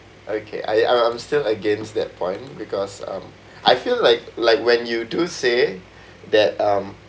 okay I I'm I'm still against that point because um I feel like like when you do say that um